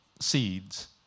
seeds